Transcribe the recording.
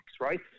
right